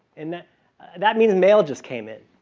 and that that means mail just came in.